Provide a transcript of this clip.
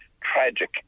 tragic